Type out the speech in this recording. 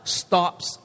stops